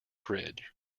fridge